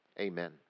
Amen